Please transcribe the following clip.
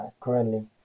currently